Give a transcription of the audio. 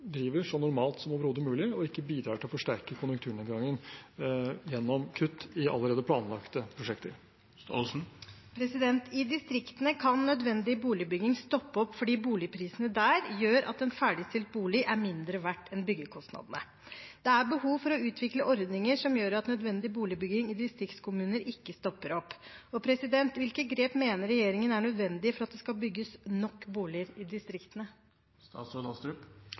driver så normalt som overhodet mulig, og ikke bidrar til å forsterke konjunkturnedgangen gjennom kutt i allerede planlagte prosjekter. I distriktene kan nødvendig boligbygging stoppe opp fordi boligprisene der gjør at en ferdigstilt bolig er mindre verdt enn byggekostnadene. Det er behov for å utvikle ordninger som gjør at nødvendig boligbygging i distriktskommuner ikke stopper opp. Hvilke grep mener regjeringen er nødvendige for at det skal bygges nok boliger i